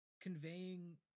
conveying